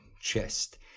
chest